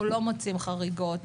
אנחנו לא מוצאים חריגות,